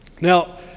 Now